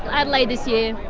adelaide this year.